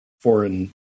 foreign